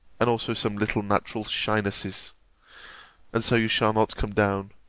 and also some little natural shynesses and so you shall not come down,